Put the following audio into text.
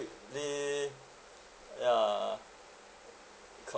ya